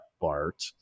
bart